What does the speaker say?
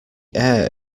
air